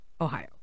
Ohio